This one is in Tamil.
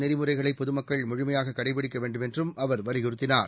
நெறிமுறைகளைபொதுமக்கள் முழுமையாககடைபிடிக்கவேண்டுமென்றும் அரசின் அவர் வலியுறுத்தினார்